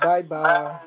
Bye-bye